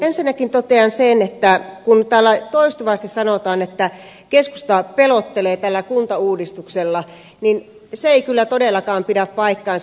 ensinnäkin totean sen että kun täällä toistuvasti sanotaan että keskusta pelottelee tällä kuntauudistuksella niin se ei kyllä todellakaan pidä paikkaansa